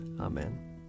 Amen